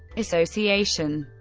association